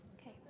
Okay